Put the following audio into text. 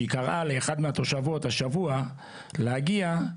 שקראה לאחת מהתושבות השבוע להגיע,